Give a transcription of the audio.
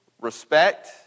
respect